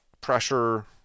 pressure